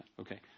Okay